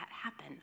happen